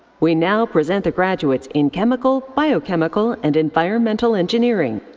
we now present the graduates in chemical, biochemical and environmental engineering.